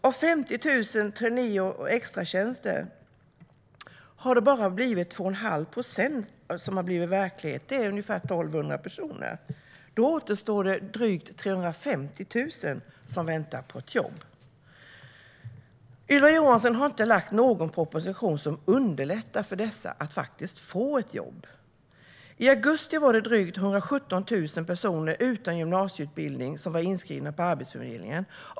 Av 50 000 traineejobb och extratjänster har bara 2,5 procent blivit verklighet, det vill säga ungefär 1 200. Då återstår drygt 350 000 personer som väntar på jobb. Ylva Johansson har inte lagt fram någon proposition som underlättar för dessa att faktiskt få ett jobb. I augusti var det drygt 117 000 personer utan gymnasieutbildning som var inskrivna på AF.